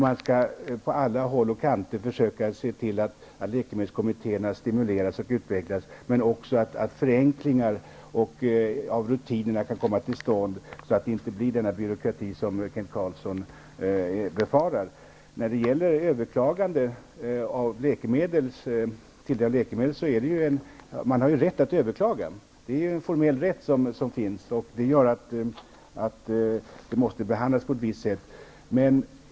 Man skall på alla håll och kanter försöka se till att läkemedelskommittéerna stimuleras och utvecklas men också att förenklingar av rutinerna kan komma till stånd, så att det inte blir den byråkrati som Kent Carlsson befarar. Man har rätt att överklaga. Det är en formell rätt. Överklagandena måste behandlas på ett visst sätt.